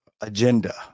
Agenda